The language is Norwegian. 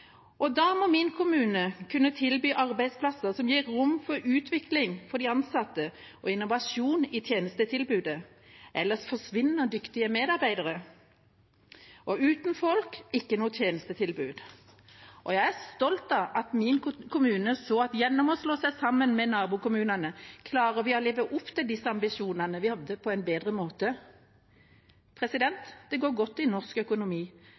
år. Da må min kommune kunne tilby arbeidsplasser som gir rom for utvikling for de ansatte og innovasjon i tjenestetilbudet, ellers forsvinner dyktige medarbeidere – og uten folk, ikke noe tjenestetilbud. Jeg er stolt av at min kommune så at gjennom å slå seg sammen med nabokommunene klarer vi å leve opp til de ambisjonene vi hadde, på en bedre måte. Det går godt i norsk økonomi.